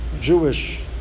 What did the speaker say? Jewish